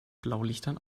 blaulichtern